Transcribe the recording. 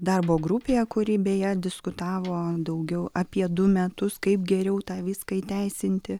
darbo grupėje kuri beje diskutavo daugiau apie du metus kaip geriau tą viską įteisinti